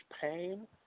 pain